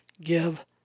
give